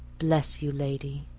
bless you, lady,